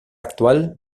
actual